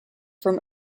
from